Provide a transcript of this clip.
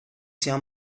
sia